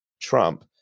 Trump